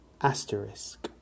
asterisk